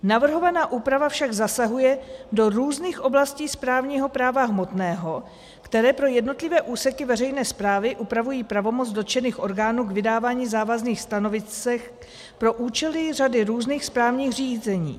Navrhovaná úprava však zasahuje do různých oblastí správního práva hmotného, které pro jednotlivé úseky veřejné správy upravují pravomoc dotčených orgánů k vydávání závazných stanovisek pro účely řady různých správních řízení.